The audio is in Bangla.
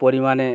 পরিমাণে